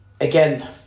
Again